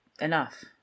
enough